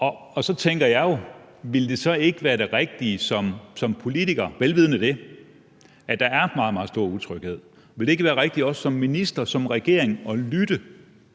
– så tænker jeg jo: Ville det så ikke være det rigtige som politiker, vel vidende at der er meget, meget stor utryghed, at lytte, tage dialogen, også som minister og som regering, og